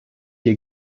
hier